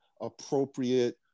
appropriate